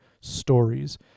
stories